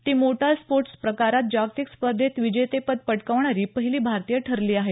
ती motor sports प्रकारात जागतिक स्पर्धेत विजेतेपद पटकावणारी पहिली भारतीय ठरली आहे